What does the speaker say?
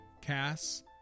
Cass